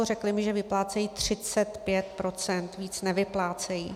Řekli mi, že vyplácejí 35 %, víc nevyplácejí.